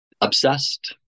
obsessed